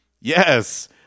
Yes